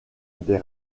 des